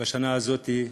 בשנה הזאת,